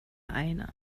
einer